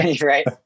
right